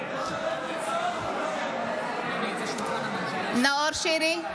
(קוראת בשם חבר הכנסת) נאור שירי,